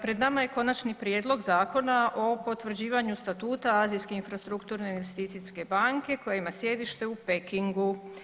Pred nama je Konačni prijedlog Zakona o potvrđivanju Statuta Azijske infrastrukturne investicijske banke koja ima sjedište u Pekingu.